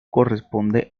corresponde